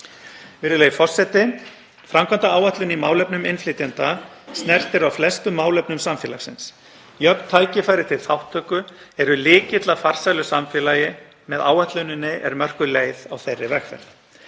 Virðulegi forseti. Framkvæmdaáætlun í málefnum innflytjenda snertir á flestum málefnum samfélagsins. Jöfn tækifæri til þátttöku eru lykill að farsælu samfélagi og með áætluninni er mörkuð leið á þeirri vegferð.